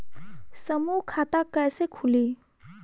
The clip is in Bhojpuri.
समूह खाता कैसे खुली?